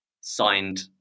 signed